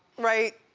right.